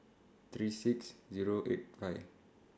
three six Zero eight five